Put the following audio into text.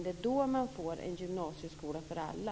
Det är då man får en gymnasieskola för alla.